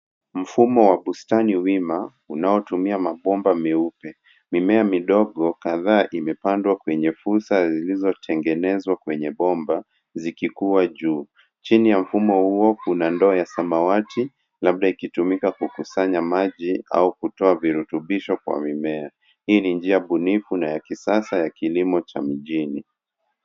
Mfumo wa bustani wima unaotumia mabomba meupe. Mimea midogo kadhaa imepandwa kwenye fursa zilizotengenezwa kwenye bomba zikikua juu. Chini ya mfumo huo kuna ndoo la samawati, labda ikitumika kukusanya maji au kutoa virutubisho kwa mimea. Hii ni njia bunifu na ya kisasa ya kilimo cha mjini.